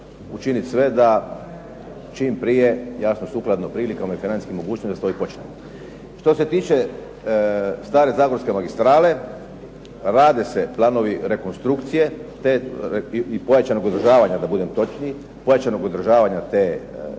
učiniti sve da čim prije, jasno sukladno prilikama i financijskim mogućnostima to počne. Što se tiče stare zagorske magistrale, rade se planovi rekonstrukcije i pojačanog uzdržavanja da budem točniji, pojačanog uzdržavanja te